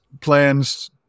plans